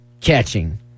catching